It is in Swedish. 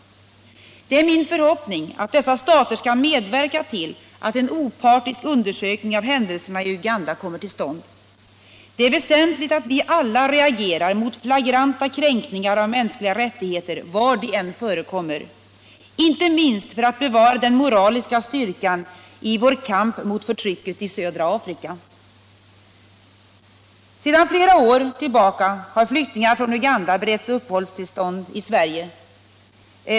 Det är min förhoppning att dessa stater skall medverka till att en opartisk undersökning av händelserna i Uganda kommer till stånd. Det är väsentligt att vi alla reagerar mot flagranta kränkningar av mänskliga rättigheter var de än förekom mer, inte minst för att bevara den moraliska styrkan i vår kamp mot förtrycket i södra Afrika. Sedan flera år tillbaka har flyktingar från Uganda beretts uppehållstillstånd i Sverige.